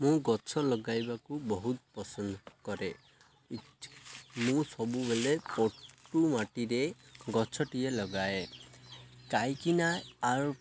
ମୁଁ ଗଛ ଲଗାଇବାକୁ ବହୁତ ପସନ୍ଦ କରେ ମୁଁ ସବୁବେଲେ ପଟୁ ମାଟିରେ ଗଛଟିଏ ଲଗାଏ କାହିଁକିନା ଆର୍